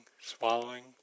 swallowing